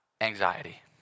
anxiety